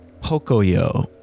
Pocoyo